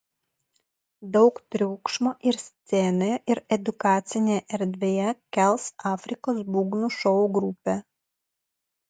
daug triukšmo ir scenoje ir edukacinėje erdvėje kels afrikos būgnų šou grupė